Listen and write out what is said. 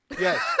Yes